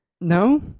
No